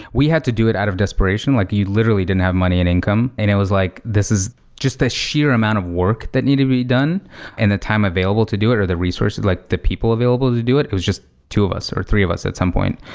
we had to do it out of desperation. like you literally didn't have money and income, and it was like this is just the sheer amount of work that need to be done and the time available to do it or the resources, like the people available to do it. it was just two of us, or three of us at some point.